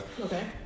Okay